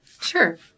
Sure